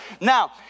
Now